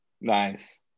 Nice